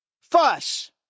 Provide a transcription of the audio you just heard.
fuss